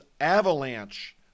avalanche